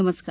नमस्कार